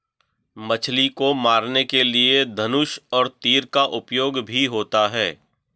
मछली को मारने के लिए धनुष और तीर का उपयोग भी होता है